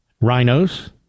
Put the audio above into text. rhinos